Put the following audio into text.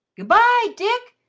good-bye, dick!